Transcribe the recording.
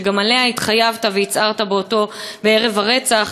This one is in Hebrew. שגם עליה התחייבת והצהרת בערב הרצח: